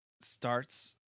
starts